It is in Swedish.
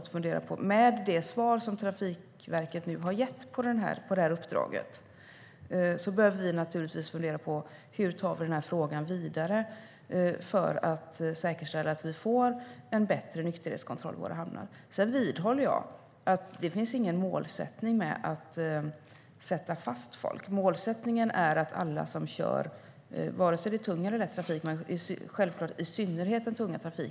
I och med det svar som Trafikverket har gett med anledning av detta uppdrag behöver vi naturligtvis fundera på hur vi tar denna fråga vidare för att säkerställa att vi får en bättre nykterhetskontroll i våra hamnar. Sedan vidhåller jag att målsättningen inte är att sätta fast folk. Målsättningen är att alla som kör är nyktra och inte drogpåverkade utan kan framföra fordonen på ett säkert sätt.